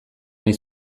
nahi